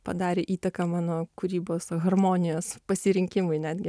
padarė įtaką mano kūrybos harmonijos pasirinkimui netgi